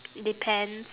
depends